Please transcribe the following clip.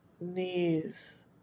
knees